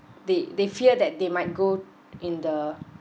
they they fear that they might go in the